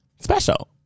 special